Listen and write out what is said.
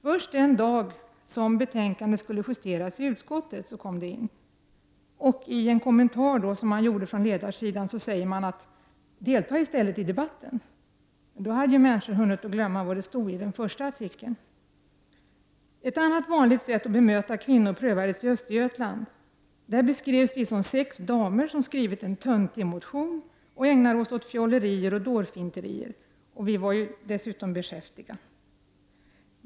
Först den dag då betänkandet skulle justeras i utskottet kom detta genmäle in. I en kommentar från ledarsidan säger man: Delta i stället i debatten! Men då hade ju människor hunnit glömma vad som stod i den första artikeln. Ett annat vanligt sätt att bemöta kvinnor prövades i Östergötland. Där beskrevs vi som sex damer som skrivit en töntig motion och ägnade oss åt fjollerier och dårfinkerier. Vi var dessutom beskäftiga.